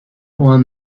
one